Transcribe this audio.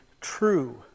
true